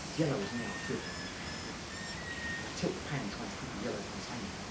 yellow is now dribbling into the white as i tilt the pan trying to keep the yellow contained,